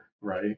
right